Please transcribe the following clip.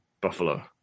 buffalo